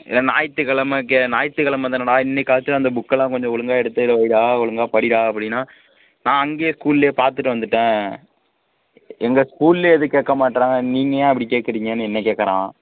இதே ஞாயித்து கிழம ஞாயித்து கிழமதானடா இன்னைக்காச்சும் அந்த புக்கைலாம் கொஞ்சம் ஒழுங்காக எடுத்து வைடா ஒழுங்காக படிடா அப்படினா நான் அங்கேயே ஸ்கூல்ல பார்த்துட்டு வந்துவிட்டன் எங்கள் ஸ்கூல்ல எதுவும் கேட்க மாட்றாங்க நீங்கள் ஏன் அப்படி கேட்றிங்கனு என்ன கேட்குறான்